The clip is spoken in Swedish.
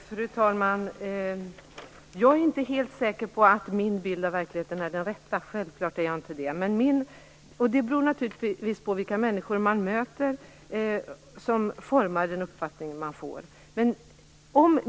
Fru talman! Jag är självfallet inte helt säker på att min bild av verkligheten är den rätta. Vilken uppfattning man får beror naturligtvis på vilka människor man möter. Men min uppfattning är kanske den rätta.